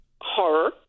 horror